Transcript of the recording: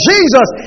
Jesus